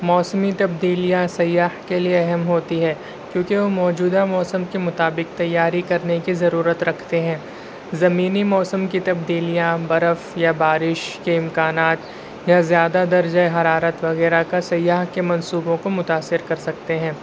موسمی تبدیلیاں سیاح کے لیے اہم ہوتی ہے کیوں کہ وہ موجودہ موسم کے مطابق تیاری کرنے کی ضرورت رکھتے ہیں زمینی موسم کی تبدیلیاں برف یا بارش کے امکانات یا زیادہ درجہ حرارت وغیرہ کا سیاح کے منصوبوں کو متاثر کر سکتے ہیں